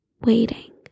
waiting